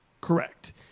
Correct